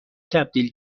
تبدیل